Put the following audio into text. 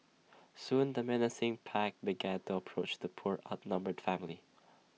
soon the menacing pack began to approach the poor outnumbered family